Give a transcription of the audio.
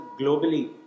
globally